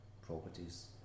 properties